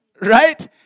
Right